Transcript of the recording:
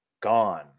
gone